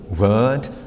Word